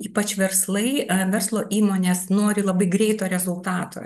ypač verslai verslo įmonės nori labai greito rezultato